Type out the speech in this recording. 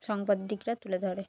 সাংবাদিকরা তুলে ধরে